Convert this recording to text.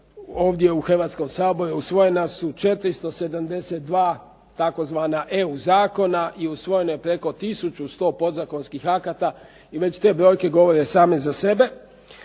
ovdje u Hrvatskom saboru usvojena su 472 tzv. EU zakona i usvojeno je preko 1100 podzakonskih akata i već te brojke govore same za sebe.